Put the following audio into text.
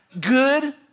Good